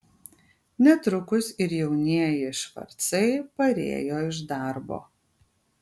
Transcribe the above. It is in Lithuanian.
netrukus ir jaunieji švarcai parėjo iš darbo